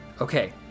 Okay